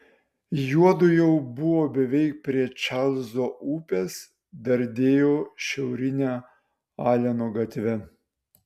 juodu jau buvo beveik prie čarlzo upės dardėjo šiaurine aleno gatve